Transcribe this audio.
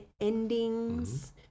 endings